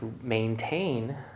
maintain